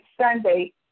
Sunday